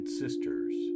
sisters